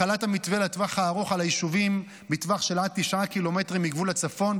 החלת המתווה לטווח הארוך על היישובים בטווח של עד 9 ק"מ מגבול הצפון,